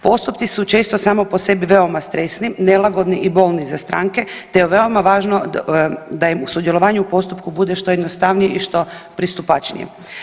Postupci su često sami po sebi veoma stresni, nelagodni i bolni za stranke te je veoma važno da im sudjelovanje u postupku bude što jednostavnije i što pristupačnije.